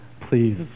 please